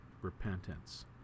repentance